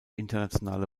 internationale